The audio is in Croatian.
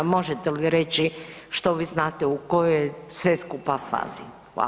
Možete li reći što vi znate u kojoj je sve skupa fazi?